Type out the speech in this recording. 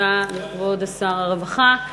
תודה לכבוד שר הרווחה.